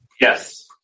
yes